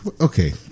Okay